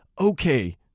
okay